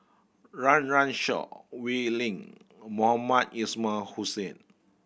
Run Run Shaw Wee Lin and Mohamed Ismail Hussain